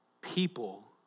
People